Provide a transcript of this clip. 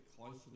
closer